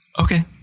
Okay